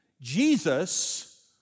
Jesus